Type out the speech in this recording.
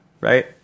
right